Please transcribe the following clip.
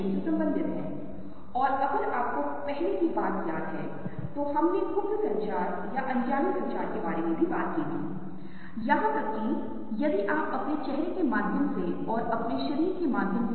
अधिकांश भारतीयों के लिए सामान्य उत्तर यह होना चाहिए कि इस तरफ की वस्तु बाएं से दाएं और नीचे से ऊपर तक बहुत बार देखने में आसान होती है इसलिए यह ऊपर की ओर झुकी हुई होती है